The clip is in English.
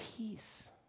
Peace